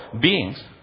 beings